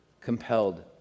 Compelled